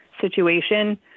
situation